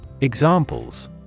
Examples